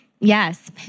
Yes